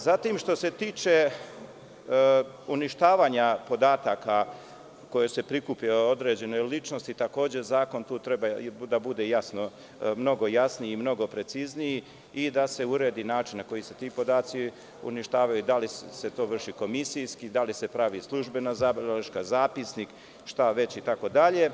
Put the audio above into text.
Što se tiče uništavanja podataka koji se prikupe o određenoj ličnosti, takođe, Zakon tu treba da bude mnogo jasniji i mnogo preciznije i da se uredi način na koji se ti podaci uništavaju, da li se to vrši komisijski, da li se pravi službena zabeleška, zapisnik, šta već, itd.